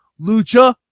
lucha